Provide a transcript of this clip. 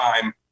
time